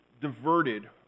diverted